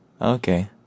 Okay